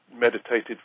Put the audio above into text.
meditated